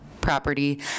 property